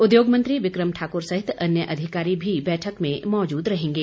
उद्योगमंत्री विक्रम ठाक्र सहित अन्य अधिकारी भी बैठक में मौजूद रहेंगे